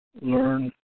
learn